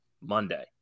Monday